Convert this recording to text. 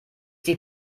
die